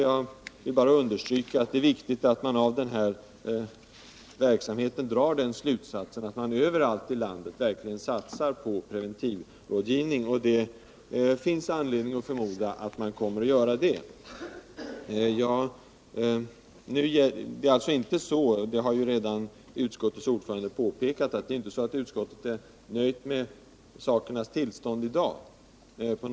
Jag vill bara understryka att det är viktigt att man av den här verksamheten drar slutsatsen att man överallt i landet verkligen bör satsa på preventivmedelsrådgivning. Det finns anledning att förmoda att man också kommer att göra det. Det är alltså inte så — det har ju redan utskottets ordförande påpekat — att utskottet är nöjt med sakernas tillstånd just nu.